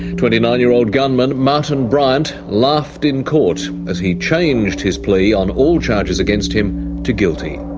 twenty-nine-year-old gunman, martin byrant, laughed in court as he changed his plea on all charges against him to guilty.